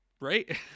right